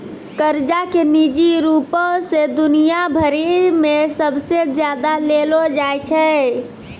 कर्जा के निजी रूपो से दुनिया भरि मे सबसे ज्यादा लेलो जाय छै